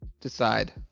decide